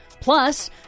Plus